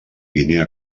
guinea